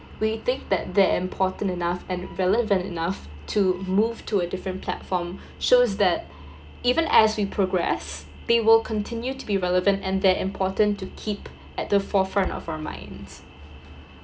we think that they're important enough and relevant enough to move to a different platform shows that even as we progress they will continue to be relevant and they're important to keep at the forefront of our minds